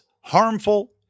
harmful